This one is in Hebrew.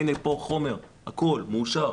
הנה פה חומר, הכול, מאושר.